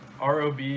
ROB